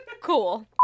Cool